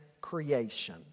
creation